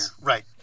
Right